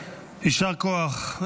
יישר כוח.